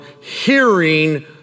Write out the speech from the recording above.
hearing